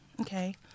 okay